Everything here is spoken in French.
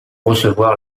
recevoir